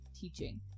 teaching